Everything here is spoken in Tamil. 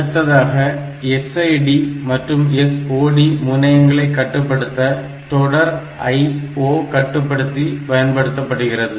அடுத்ததாக SID மற்றும் SOD முனையங்களை கட்டுப்படுத்த தொடர் IO கட்டுப்படுத்தி பயன்படுத்தப்படுகிறது